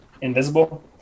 invisible